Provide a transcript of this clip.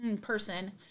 person